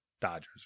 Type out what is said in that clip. Dodgers